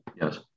Yes